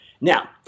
Now